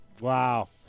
Wow